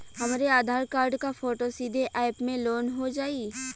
हमरे आधार कार्ड क फोटो सीधे यैप में लोनहो जाई?